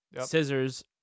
scissors